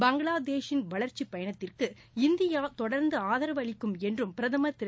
பங்களாதேஷின் வளர்ச்சி பயனத்திற்கு இந்தியா தொடர்ந்து ஆதரவு அளிக்கும் என்றும் பிரதமர் திரு